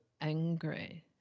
angry